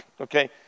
okay